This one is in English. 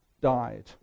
died